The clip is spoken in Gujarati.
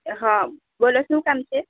હાં બોલો શું કામ છે